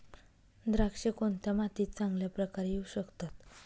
द्राक्षे कोणत्या मातीत चांगल्या प्रकारे येऊ शकतात?